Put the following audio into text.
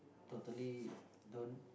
totally don't